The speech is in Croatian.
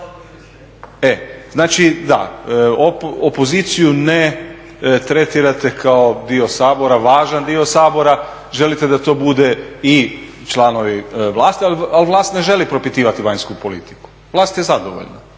Znači da, opoziciju ne tretirate kao dio Sabora, važan dio sabora. Želite da to bude i članovi vlasti, ali vlast ne žele propitivati vanjsku politiku, vlast je zadovoljna.